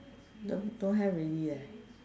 don't don't have already leh